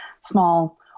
small